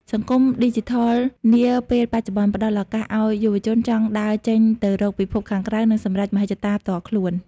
សង្គមឌីជីថលនាពេលបច្ចុប្បន្ន ផ្តល់ឱកាសឱ្យយុវជនចង់ដើរចេញទៅរកពិភពខាងក្រៅ និងសម្រេចមហិច្ឆតាផ្ទាល់ខ្លួន។